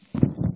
ארי.